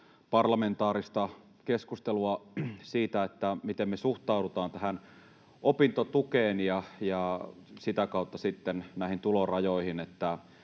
parlamentaarista keskustelua siitä, miten me suhtaudumme tähän opintotukeen ja sitä kautta sitten näihin tulorajoihin.